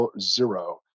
zero